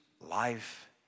life